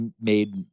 made